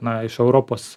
na iš europos